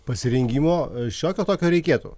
pasirengimo šiokio tokio reikėtų